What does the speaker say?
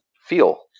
feel